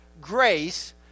grace